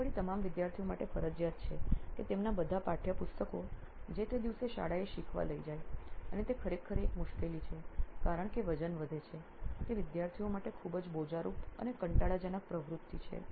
અને વળી તમામ વિદ્યાર્થીઓ માટે ફરજિયાત છે કે તેમના બધા પાઠ્યપુસ્તકો જે તે દિવસે શાળાએ શીખવા લઈ જાય અને તે ખરેખર એક મુશ્કેલી છે કારણકે વજન વધે છે તે વિદ્યાર્થીઓ માટે ખૂબ જ બોજારૂપ અને કંટાળાજનક પ્રવૃત્તિ છે